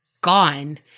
gone